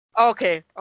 Okay